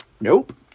Nope